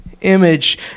image